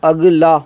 अगला